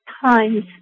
times